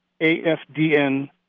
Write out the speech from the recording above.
Afdn